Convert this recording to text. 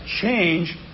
change